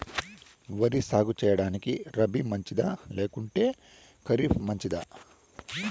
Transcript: వరి సాగు సేయడానికి రబి మంచిదా లేకుంటే ఖరీఫ్ మంచిదా